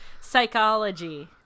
psychology